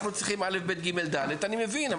אנחנו צריכים כך וכך" אני מבין,